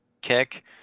kick